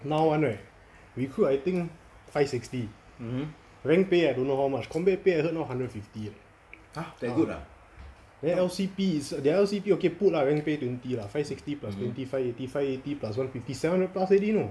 now [one] right recruit I think five sixty rank pay I don't know how much combat pay also not hundred fifty ya then L_C_P is their L_C_P okay put lah rank pay twenty lah five sixty plus twenty five eighty five eighty plus one fifty seven hundred plus already know